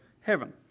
heaven